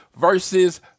versus